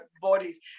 bodies